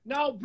Now